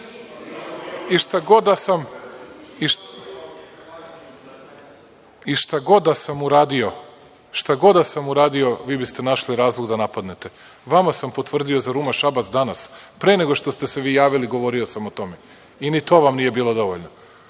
Šta god da sam uradio, vi biste našli razlog da napadnete. Vama sam potvrdio za „Ruma“ Šabac danas, pre nego što ste se vi javili govorio sam o tome i ni to vam nije bilo dovoljno.